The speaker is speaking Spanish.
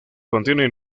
contiene